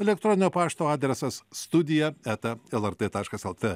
elektroninio pašto adresas studija eta lrt taškas lt